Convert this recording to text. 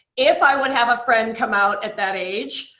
if i would have a friend come out at that age,